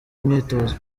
imyitozo